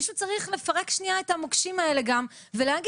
מישהו צריך לפרק שנייה את המוקשים האלה גם ולהגיד,